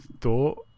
thought